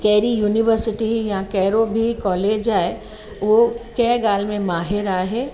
कहिड़ी उनिवर्सिटी या कहिड़ो बि कॉलेज आहे उहो कंहिं बि ॻाल्हि में माहिरु आहे